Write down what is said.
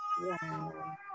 Wow